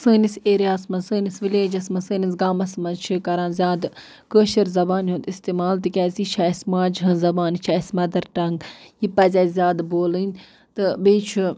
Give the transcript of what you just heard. سٲنِس ایریاہَس منٛز سٲنِس وِلیجَس منٛز سٲنِس گامَس منٛز چھِ کران زیادٕ کٲشِر زبانہِ ہُنٛد اِستعمال تِکیٛازِ یہِ چھِ اَسہِ ماجہِ ہٕنٛز زبان یہِ چھِ اَسہِ مَدَر ٹنٛگ یہِ پَزِ اَسہِ زیادٕ بولٕنۍ تہٕ بیٚیہِ چھُ